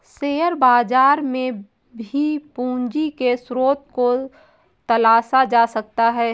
share बाजार में भी पूंजी के स्रोत को तलाशा जा सकता है